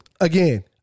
Again